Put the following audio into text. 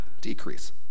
decrease